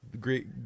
great